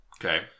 Okay